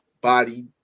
body